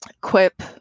quip